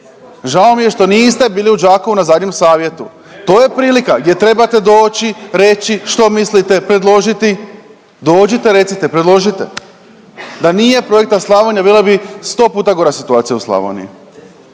Žao mi je što niste bili u Đakovu na zadnjem savjetu, to je prilika gdje trebate doći, reći što mislite, predložiti. Dođite, recite, predložite. Da nije projekta Slavonija bila bi sto puta gora situacija u Slavoniji.